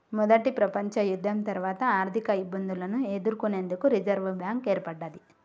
మొదటి ప్రపంచయుద్ధం తర్వాత ఆర్థికఇబ్బందులను ఎదుర్కొనేందుకు రిజర్వ్ బ్యాంక్ ఏర్పడ్డది